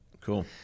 Cool